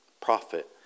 prophet